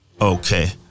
Okay